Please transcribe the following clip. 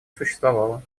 существовало